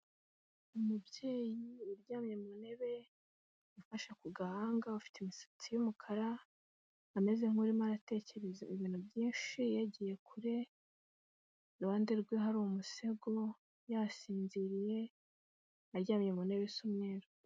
Umubyeyi uryamye mu ntebe ufashe ku gahanga, ufite imisatsi y'umukara ameze nk'urimo aratekereza ibintu byinshi yagiye kure, iruhande rwe hari umusego yasinziriye, aryamye mu ntebe z'umweru.